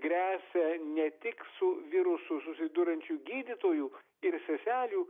gresia ne tik su virusu susiduriančių gydytojų ir seselių